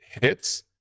hits